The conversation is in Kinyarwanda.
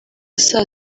saa